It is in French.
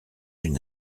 une